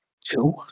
Two